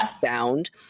sound